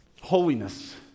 holiness